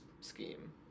scheme